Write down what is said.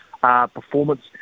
performance